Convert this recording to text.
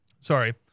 Sorry